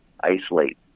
isolate